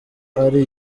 ari